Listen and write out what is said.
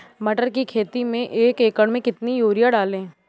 मटर की खेती में एक एकड़ में कितनी यूरिया डालें?